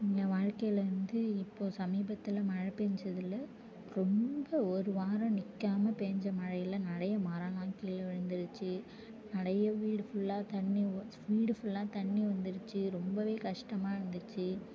என் வாழ்க்கையில் வந்து இப்போது சமீபத்தில் மழை பேஞ்சதில் ரொம்ப ஒரு வாரம் நிற்காம பேஞ்ச மழையில் நிறைய மரம்லாம் கீழே விழுந்துடுச்சு நிறைய வீடு ஃபுல்லாக தண்ணி வீடு ஃபுல்லாக தண்ணி வந்துடுச்சு ரொம்பவே கஷ்டமாக இருந்துச்சு